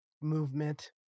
movement